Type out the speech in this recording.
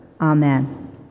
Amen